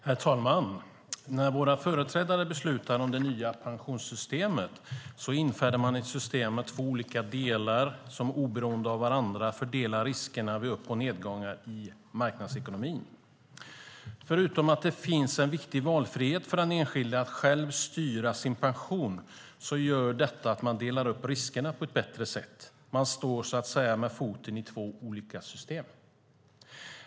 Herr talman! När våra företrädare beslutade om det nya pensionssystemet införde de ett system med två olika delar som oberoende av varandra fördelar riskerna vid upp och nedgångar i marknadsekonomin. Förutom att det finns en viktig valfrihet för den enskilde att själv styra sin pension gör detta att man delar upp riskerna på ett bättre sätt. Man står så att säga med foten i två olika system.